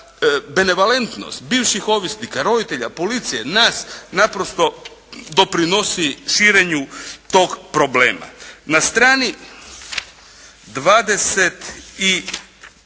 benevolentnost bivših ovisnika, roditelja, policije, nas naprosto doprinosi širenju tog problema. Na strani 21